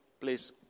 Please